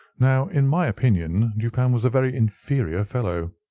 now, in my opinion, dupin was a very inferior fellow.